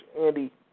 Andy